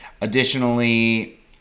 additionally